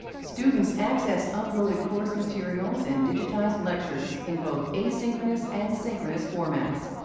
students access uploaded course materials and digitized lectures in both asynchronous and synchronous formats.